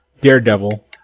Daredevil